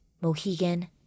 Mohegan